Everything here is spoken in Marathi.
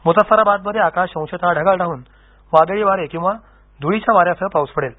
मुज्जफराबादमध्ये आकाश अंशतः ढगाळ राहून वादळी वारे किंवा धुळीच्या वाऱ्यासह पाऊस पडेल